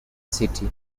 city